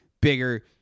bigger